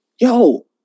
Yo